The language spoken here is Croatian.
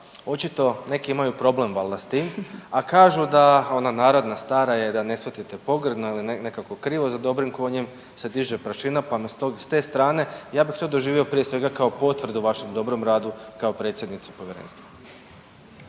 očito neki imaju problem valda s tim, a kažu da, ona narodna stara je da ne shvatite pogrdno ili nekako krivo za dobrim konjem se diže prašina, pa me s te strane ja bih to doživio prije svega kao potvrdu vašem dobrom radu kao predsjednicu povjerenstva.